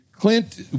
Clint